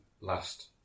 last